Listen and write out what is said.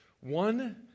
One